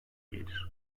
gelir